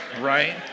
right